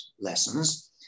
lessons